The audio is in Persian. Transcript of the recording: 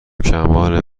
کمال